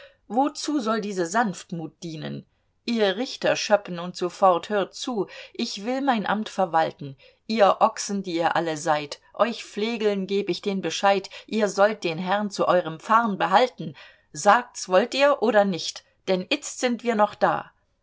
wozu soll diese sanftmut dienen ihr richter schöppen und so fort hört zu ich will mein amt verwalten ihr ochsen die ihr alle seid euch flegeln geb ich den bescheid ihr sollt den herrn zu eurem pfarrn behalten sagts wollt ihr oder nicht denn itzt sind wir noch da